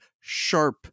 sharp